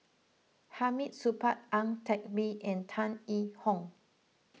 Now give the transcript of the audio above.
Hamid Supaat Ang Teck Bee and Tan Yee Hong